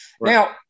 Now